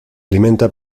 alimenta